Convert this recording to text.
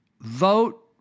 Vote